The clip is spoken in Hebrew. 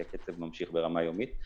כי הקצב ממשיך ברמה יומית,